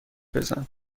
بزن